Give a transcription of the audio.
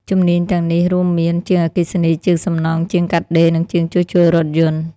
ជំនាញទាំងនេះរួមមាន ជាងអគ្គិសនី ជាងសំណង់ ជាងកាត់ដេរ និងជាងជួសជុលរថយន្ត។